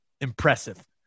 Impressive